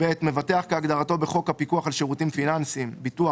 "(ב)מבטח כהגדרתו בחוק הפיקוח על שירותים פיננסיים (ביטוח),